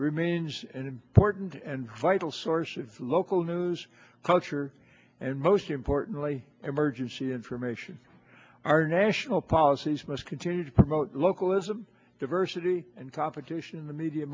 remains an important and vital source of local news culture and most importantly emergency information our national policies must continue to promote localism diversity and competition in the media